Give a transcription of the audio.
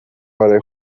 برای